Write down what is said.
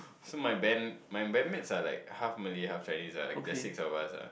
so my band my bandmates are like half Malay half Chinese lah there're six of us ah